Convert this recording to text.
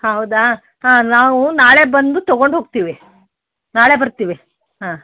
ಹೌದಾ ನಾವು ನಾಳೆ ಬಂದು ತೊಗೊಂಡು ಹೋಗ್ತೀವಿ ನಾಳೆ ಬರ್ತೀವಿ ಹಾಂ